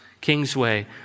Kingsway